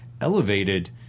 elevated